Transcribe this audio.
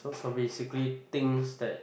so basically things that